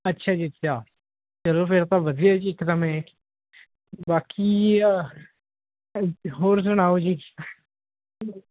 ਅੱਛਾ ਜੀ ਅੱਛਾ ਚਲੋ ਫੇਰ ਤਾਂ ਵਧੀਆ ਜੀ ਇੱਕਦਮ ਇਹ ਬਾਕੀ ਹੋਰ ਸੁਣਾਓ ਜੀ